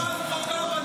יש לי הצעה.